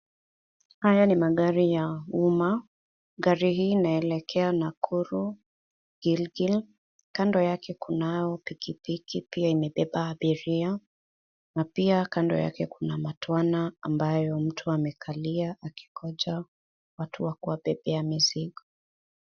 Haya ni magari ya umma. Gari hii inaelekea Nakuru, Giligil. Kando yake kunao pikipiki pia imebeba abiria, na pia kando yake kuna matwana ambayo mtu amekalia akingoja watu wa kuwabeba mizigo.